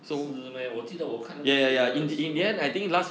是 meh 我记得我看都 milan 的时候 hor